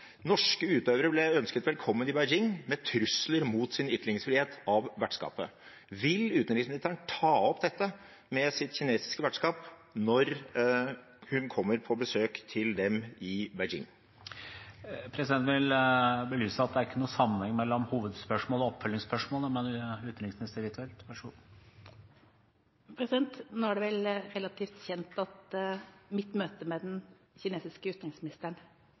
Norske utøvere ble ønsket velkommen i Beijing med trusler mot sin ytringsfrihet av vertskapet. Vil utenriksministeren ta opp dette med sitt kinesiske vertskap når hun kommer på besøk til dem i Beijing? Presidenten vil belyse at det ikke er noen sammenheng mellom hovedspørsmålet og oppfølgingsspørsmålet, men utenriksminister Huitfeldt, vær så god. Nå er det vel relativt kjent at mitt møte med den kinesiske utenriksministeren,